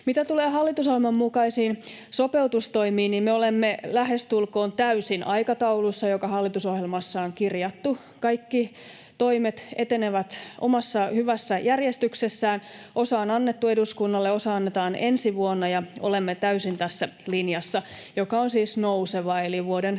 Mitä tulee hallitusohjelman mukaisiin sopeutustoimiin, niin me olemme lähestulkoon täysin aikataulussa, joka hallitusohjelmaan on kirjattu. Kaikki toimet etenevät omassa hyvässä järjestyksessään, osa on annettu eduskunnalle, osa annetaan ensi vuonna, ja olemme täysin tässä linjassa, joka on siis nouseva. Eli vuoden 27